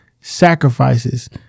sacrifices